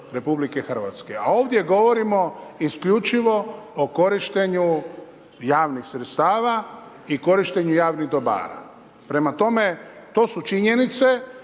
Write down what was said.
sektor RH. A ovdje govorimo isključivo o korištenju javnih sredstava i korištenju javnih dobara. Prema tome, to su činjenice